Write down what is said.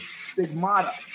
Stigmata